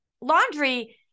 Laundry